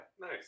Nice